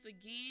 again